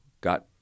got